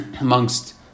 amongst